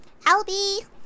albie